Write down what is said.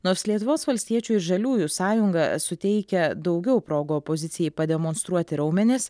nors lietuvos valstiečių ir žaliųjų sąjunga suteikia daugiau progų opozicijai pademonstruoti raumenis